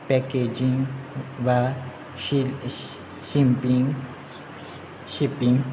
packaging वा shipping shipping